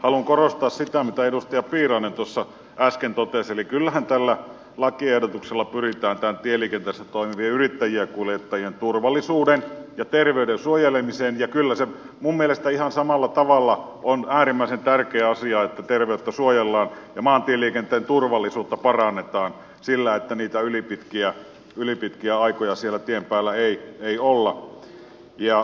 haluan korostaa sitä mitä edustaja piirainen tuossa äsken totesi eli kyllähän tällä lakiehdotuksella pyritään tieliikenteessä toimivien yrittäjäkuljettajien turvallisuuden ja terveyden suojelemiseen ja kyllä se minun mielestäni ihan samalla tavalla on äärimmäisen tärkeä asia että terveyttä suojellaan ja maantieliikenteen turvallisuutta parannetaan sillä että niitä ylipitkiä aikoja siellä tien päällä ei olla